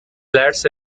flats